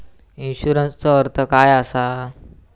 इन्शुरन्सचो अर्थ काय असा?